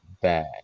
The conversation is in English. bad